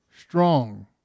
strong